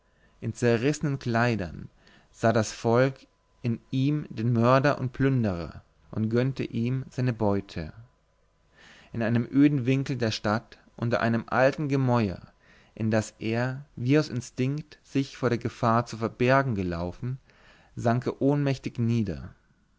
in zerrissenen kleidern sah das volk in ihm den mörder und plünderer und gönnte ihm seine beute in einem öden winkel der stadt unter einem alten gemäuer in das er wie aus instinkt sich vor der gefahr zu verbergen gelaufen sank er ohnmächtig nieder